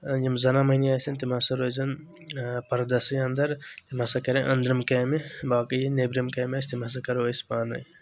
یِم زنان مٔہنی آسن تِم ہسا روزن پردسٕے انٛدر بہٕ ہسا کرَے أنٛدرِم کامہِ باقٕے یِم نٮ۪برِم کامہِ آسہِ تِم ہسا کرو أسۍ پانے